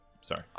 Sorry